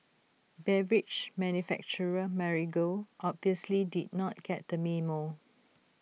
beverage manufacturer Marigold obviously did not get the memo